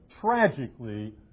tragically